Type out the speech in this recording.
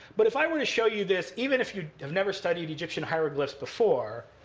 but if i were to show you this even if you have never studied egyptian hieroglyphs before,